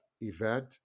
event